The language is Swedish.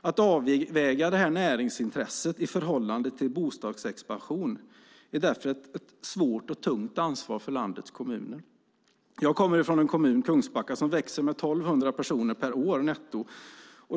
Att avväga näringsintresset i förhållande till bostadsexpansion är därför ett svårt och tungt ansvar för kommunerna. Jag kommer från en kommun, Kungsbacka, som växer med 1 200 personer per år netto.